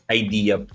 idea